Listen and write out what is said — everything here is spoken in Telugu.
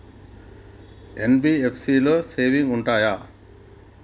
ఎన్.బి.ఎఫ్.సి లో సేవింగ్స్ ఉంటయా?